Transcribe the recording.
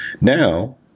now